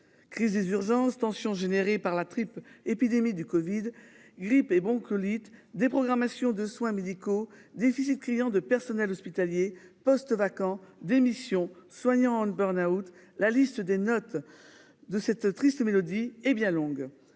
Crise des urgences tensions générées par la triple épidémie du Covid grippe et bon colite déprogrammation de soins médicaux déficit criant de personnel hospitalier postes vacants démission soignant le burn-out, la liste des notes. De cette triste mélodie hé bien longue.